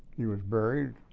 he was buried,